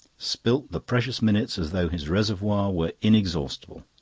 spilt the precious minutes as though his reservoir were inexhaustible.